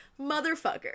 motherfucker